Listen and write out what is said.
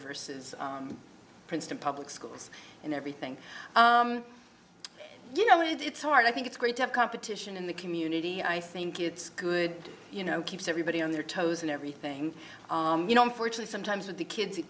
versus princeton public schools and everything you know it's hard i think it's great to have competition in the community i think it's good you know keeps everybody on their toes and everything you know i'm fortunate sometimes with the kids